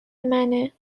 منه